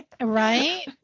Right